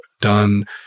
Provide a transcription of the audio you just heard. done